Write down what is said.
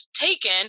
taken